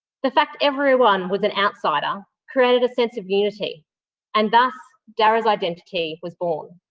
the fact everyone was an outsider created a sense of unity and thus, darra's identity was born.